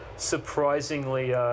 surprisingly